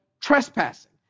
trespassing